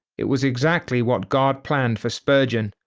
it was exactly what god planned for spurgeon.